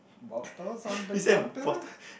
bottles on the counter